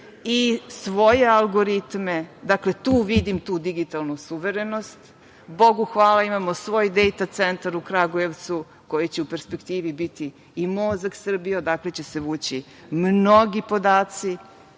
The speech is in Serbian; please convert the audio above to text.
svoje algoritme. Dakle, tu vidim tu digitalnu suverenost. Bogu hvala, imamo svoj Data centar u Kragujevcu, koji će u perspektivi biti i mozak Srbije odakle će se vući mnogi podaci,